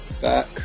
back